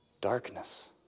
darkness